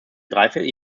dreiviertel